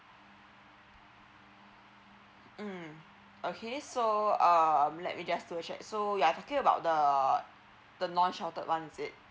mm okay so uh let me just do a check so you are talking about the the non sheltered one is it